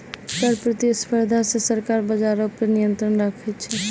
कर प्रतिस्पर्धा से सरकार बजारो पे नियंत्रण राखै छै